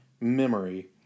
memory